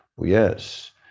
Yes